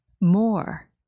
more